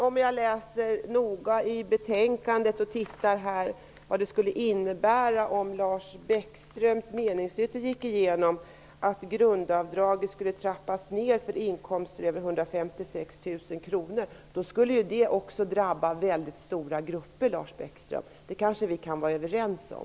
Om jag läser noga i betänkandet och tittar närmare på vad det skulle innebära om Lars Bäckströms meningsyttring gick igenom -- att grundavdraget skulle trappas ned för inkomster över 156 000 kr -- finner jag att det skulle drabba stora grupper. Det kanske vi kan vara överens om.